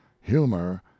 humor